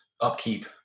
upkeep